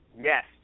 yes